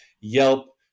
Yelp